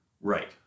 Right